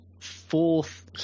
fourth